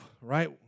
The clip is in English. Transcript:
right